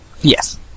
Yes